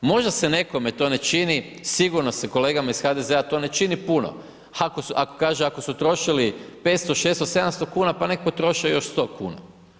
Možda se nekome to ne čini, sigurno se kolegama iz HDZ to ne čini puno, ako kaže, da su trošili 500, 600, 700 kn pa nek potroše još 100 kn.